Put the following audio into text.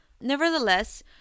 nevertheless